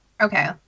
Okay